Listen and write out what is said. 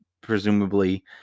Presumably